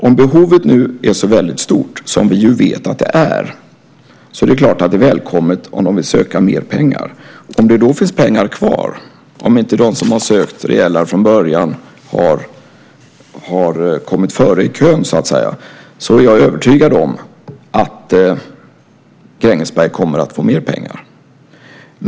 Om behovet nu är så väldigt stort, som vi ju vet att det är, är det klart att det är välkommet om de vill söka mer pengar. Om det då finns pengar kvar, om inte de som har sökt redan från början har kommit före i kön så att säga, är jag övertygad om att Grängesberg kommer att få mer pengar.